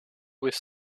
with